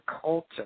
culture